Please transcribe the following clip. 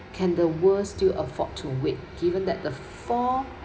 can the world still afford to wait given that the four